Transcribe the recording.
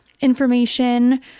information